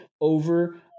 over